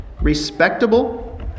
respectable